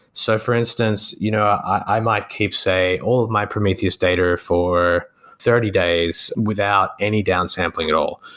so for instance, you know i might keep, say, all of my prometheus data for thirty days without any down sampling at all.